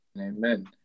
Amen